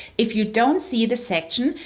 if you don't see the section,